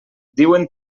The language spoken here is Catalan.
diuen